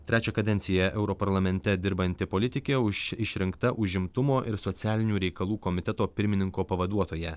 trečią kadenciją europarlamente dirbanti politikė už išrinkta užimtumo ir socialinių reikalų komiteto pirmininko pavaduotoja